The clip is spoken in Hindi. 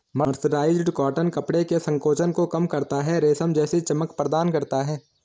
मर्सराइज्ड कॉटन कपड़े के संकोचन को कम करता है, रेशम जैसी चमक प्रदान करता है